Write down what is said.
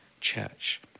church